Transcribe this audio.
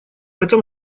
этом